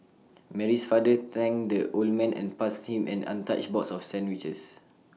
Mary's father thanked the old man and passed him an untouched box of sandwiches